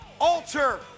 Alter